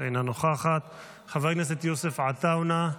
אינה נוכחת, חבר הכנסת יוסף עטאונה,